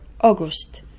August